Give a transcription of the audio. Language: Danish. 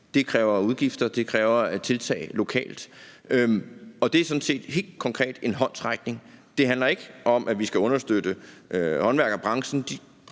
Det kræver udgifter, og det kræver tiltag lokalt. Det er sådan set helt konkret en håndsrækning. Det handler ikke om, at vi skal understøtte håndværkerbranchen,